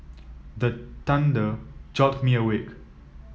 the thunder jolt me awake